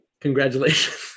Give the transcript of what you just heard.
congratulations